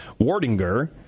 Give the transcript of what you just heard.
Wardinger